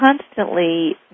constantly